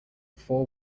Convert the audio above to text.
four